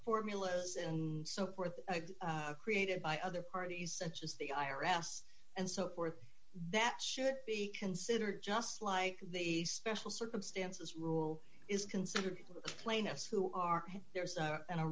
formulas and so forth created by other parties such as the i r s and so forth that should be considered just like the special circumstances rule is considered plaintiffs who are there's